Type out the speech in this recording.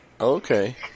Okay